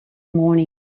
morning